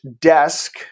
desk